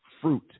fruit